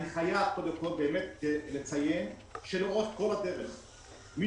אני חייב קודם כל לציין שלאורך כל הדרך מי